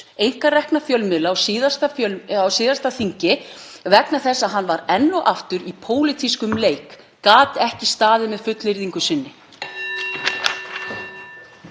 einkarekna fjölmiðla á síðasta þingi vegna þess að hann var enn og aftur í pólitískum leik, gat ekki staðið með fullyrðingu sinni.